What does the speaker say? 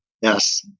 Yes